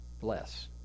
bless